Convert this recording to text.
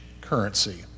currency